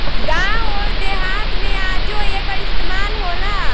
गावं अउर देहात मे आजो एकर इस्तमाल होला